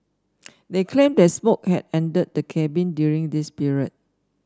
they claimed that smoke had entered the cabin during this period